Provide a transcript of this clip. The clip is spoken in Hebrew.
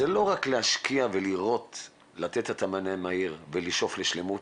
זה לא רק להשקיע ולראות ולתת את המענה המהיר ולשאוף לשלמות.